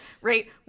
right